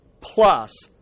plus